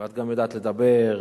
ואת גם יודעת לדבר,